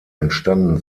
entstanden